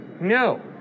No